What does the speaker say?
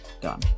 done